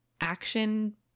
action